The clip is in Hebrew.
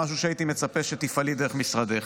למשהו שהייתי מצפה שתפעלי דרך משרדך.